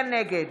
נגד